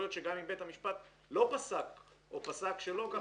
יכול להיות שגם אם בית המשפט לא פסק או פסק שלא ככה,